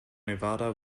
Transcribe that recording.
nevada